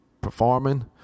performing